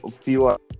fewer